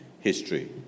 history